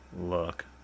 look